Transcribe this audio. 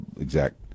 exact